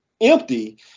empty